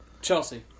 Chelsea